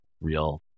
real